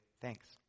thanks